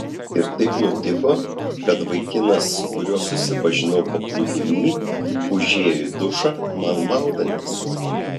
ir taip nutiko kad vaikinas su kuriuo susipažinau paplūdimy užėjo į dušą man maudantis